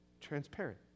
transparent